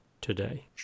today